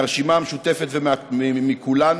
מהרשימה המשותפת ומכולנו,